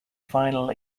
final